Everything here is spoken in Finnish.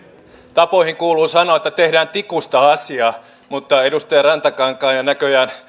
tapoihin kuuluu sanoa että tehdään tikusta asiaa mutta edustaja rantakankaan ja näköjään